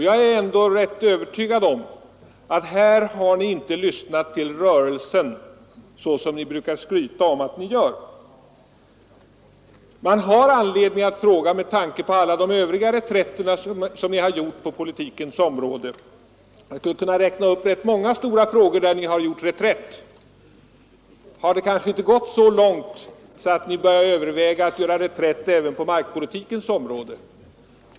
Jag är rätt övertygad om att ni på denna punkt inte har lyssnat till rörelsen, som ni brukar skryta om att ni gör. Med tanke på alla de övriga reträtter ni gjort på politikens områden — jag skulle kunna räkna upp rätt många stora frågor där ni gjort reträtt — har man anledning att fråga: Har det kanske inte gått så långt att ni börjat överväga att göra reträtt även på markpolitikens område?